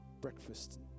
breakfast